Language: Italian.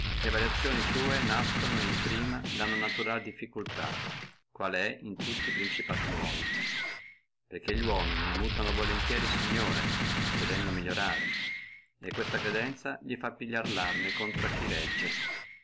le variazioni sua nascono in prima da una naturale difficultà la quale è in tutti e principati nuovi le quali sono che li uomini mutano volentieri signore credendo migliorare e questa credenza gli fa pigliare larme contro a